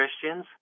Christians